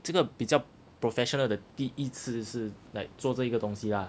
这个比较 professional 的第一次是 like 做这一个东西啦